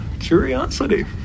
curiosity